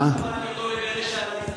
אני אגלה שעלי שמו.